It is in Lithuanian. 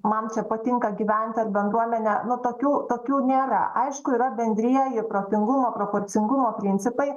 man čia patinka gyvent ar bendruomenė nu tokių tokių nėra aišku yra bendrieji protingumo proporcingumo principai